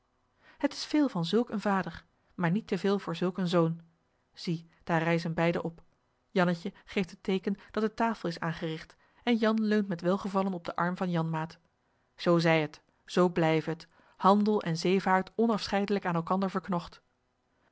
het is veel van zulk een vader maar niet te veel voor zulk een zoon zie daar rijzen beide op jannetje geeft het teeken dat de tafel is aangerigt en jan leunt met welgevallen op den arm van janmaat zoo zij het zoo blijve het handel en zeevaart onafscheidelijk aan elkander verknocht